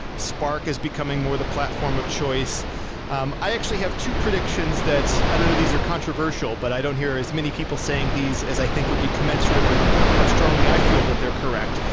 spark is becoming more the platform of choice um i actually have two predictions that's i don't know if these are controversial, but i don't hear as many people saying these as i think would be commensurate with how strongly i feel that they're correct,